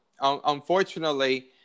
unfortunately